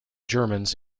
germans